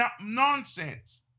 nonsense